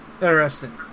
interesting